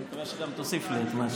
אני מקווה שגם תוסיף לי את מה,